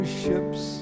ships